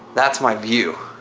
that's my view.